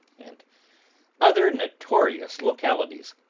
and other notorious localities,